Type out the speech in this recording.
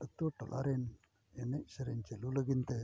ᱟᱹᱛᱩ ᱴᱚᱞᱟ ᱨᱮᱱ ᱮᱱᱮᱡ ᱥᱮᱨᱮᱧ ᱪᱟᱹᱞᱩ ᱞᱟᱹᱜᱤᱫᱛᱮ